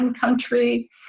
country